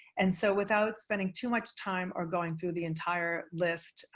and so without spending too much time or going through the entire list,